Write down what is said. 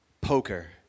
Poker